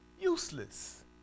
useless